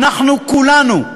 אנחנו כולנו,